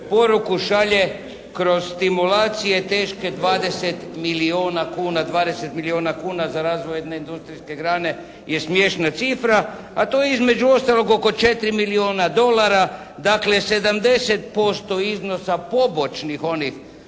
Poruku šalje kroz stimulacije teške 20 milijuna kuna. 20 milijuna kuna za razvoj jedne industrijske grane je smiješna cifra. A to je između ostalog oko 4 milijuna dolara, dakle 70% iznosa pomoćnih onih,